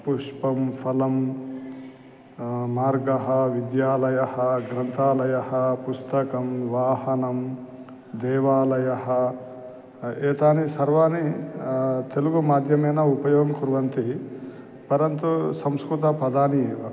पुष्पं फलं मार्गः विद्यालयः ग्रन्थालयः पुस्तकं वाहनं देवालयः एतानि सर्वाणि तेलुगुमाध्यमेन उपयोगं कुर्वन्ति परन्तु संस्कृतपदानि एव